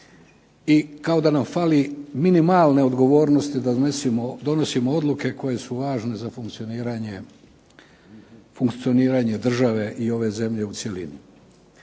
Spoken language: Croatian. i kao da nam fali minimalne odgovornosti da donesimo odluke koje su važne za funkcioniranje države i ove zemlje u cjelini.